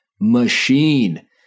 machine